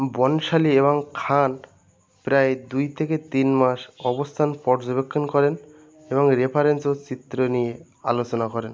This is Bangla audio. বনসালি এবং খান প্রায় দুই থেকে তিন মাস অবস্থান পর্যবেক্ষণ করেন এবং রেফারেন্স ও চিত্র নিয়ে আলোচনা করেন